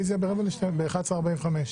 התשפ"ב-2022 (מ/1516).